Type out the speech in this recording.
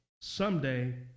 someday